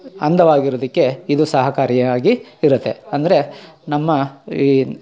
ಅಂದವಾಗಿರೋದಿಕ್ಕೆ ಇದು ಸಹಕಾರಿಯಾಗಿ ಇರುತ್ತೆ ಅಂದರೆ ನಮ್ಮ ಈ